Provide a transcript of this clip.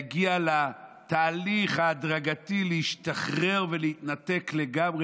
להגיע לתהליך הדרגתי ולהשתחרר ולהתנתק לגמרי